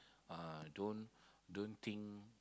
uh don't don't think